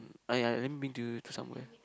!aiya! let me bring to you to somewhere